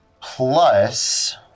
plus